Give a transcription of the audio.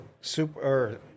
super